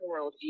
worldview